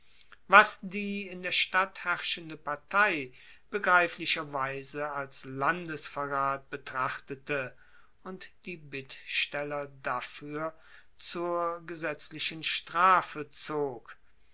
was die in der stadt herrschende partei begreiflicherweise als landesverrat betrachtete und die bittsteller dafuer zur gesetzlichen strafe zog